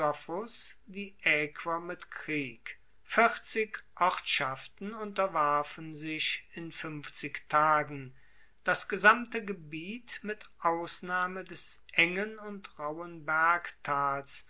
mit krieg vierzig ortschaften unterwarfen sich in fuenfzig tagen das gesamte gebiet mit ausnahme des engen und rauhen